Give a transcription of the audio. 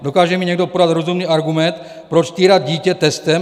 Dokáže mi někdo podat rozumný argument, proč týrat dítě testem?